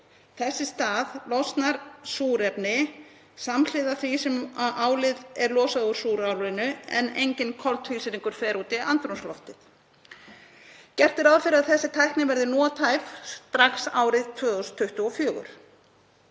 Þess í stað losnar súrefni samhliða því að álið er losað úr súrálinu en enginn koltvísýringur fer út í andrúmsloftið. Gert er ráð fyrir að þessi tækni verði nothæf strax árið 2024